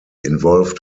involved